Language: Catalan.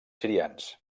sirians